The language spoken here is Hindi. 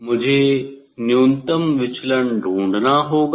मुझे न्यूनतम विचलन ढूंढना होगा